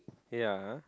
ya